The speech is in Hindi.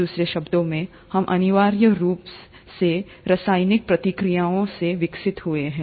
दूसरे शब्दों में हम अनिवार्य रूप से रासायनिक प्रतिक्रियाओं chemical reactions से विकसित हुए हैं